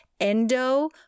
Endo